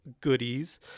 goodies